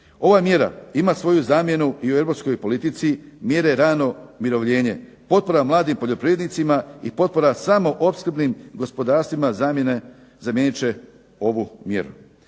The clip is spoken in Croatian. Ova mjera ima svoju zamjenu i u europskoj politici, mjere rano mirovljenje. Potpora mladim poljoprivrednicima i potpora samo opskrbnim gospodarstvima zamijenit će ovu mjeru.